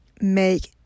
make